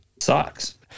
sucks